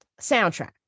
soundtrack